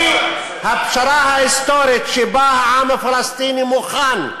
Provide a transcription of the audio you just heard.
הפשרה ההיסטורית שבה העם הפלסטיני מוכן,